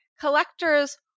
collectors